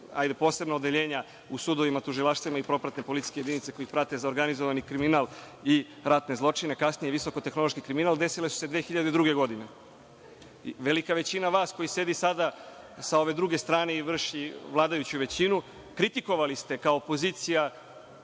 hajde, posebna odeljenja u sudovima, tužilaštvima i propratne policijske jedinice koje ih prate za organizovani kriminal i ratne zločine, kasnije visokotehnološki kriminal, desile su se 2002. godine. Velika većina vas koja sedi sada sa ove druge strane i vrši vladajuću većinu kritikovali ste kao opozicija